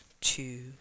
two